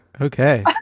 Okay